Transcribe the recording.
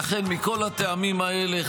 לכן מכל הטעמים האלה,